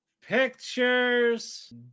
pictures